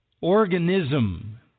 organism